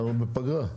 אנחנו בפגרה.